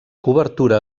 cobertura